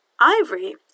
Ivory